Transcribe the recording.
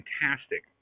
fantastic